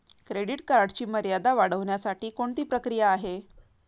Credit कार्डची मर्यादा वाढवण्यासाठी कोणती प्रक्रिया आहे?